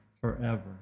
forever